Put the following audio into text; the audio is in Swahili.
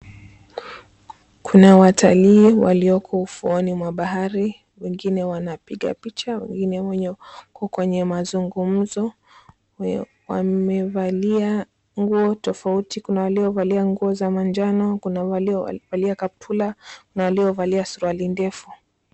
Kuna watalii walioko ufuoni mwa bahari, wengine wana piga picha, wengine wako kwenye mazungumzo. Wamevalia nguo tofauti, kuna waliovalia nguo za manjano, kuna waliovalia kaptula na waliovalia suruali ndefu.